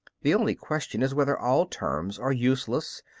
the only question is whether all terms are useless,